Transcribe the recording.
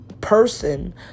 person